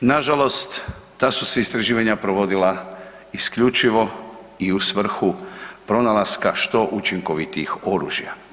Na žalost ta su se istraživanja provodila isključivo i u svrhu pronalaska što učinkovitijih oružja.